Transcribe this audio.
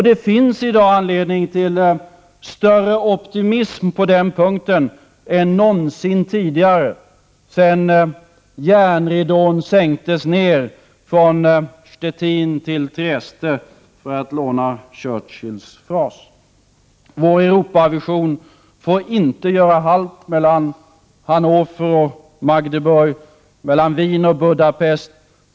Det finns i dag anledning till större optimism på den punkten än någonsin tidigare sedan järnridån sänktes ned från Stettin till Trieste, för att låna Churchills fras. Vår Europavision får inte göra halt mellan Hannover och Magdeburg eller mellan Wien och Budapest.